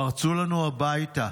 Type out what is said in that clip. פרצו לנו הביתה,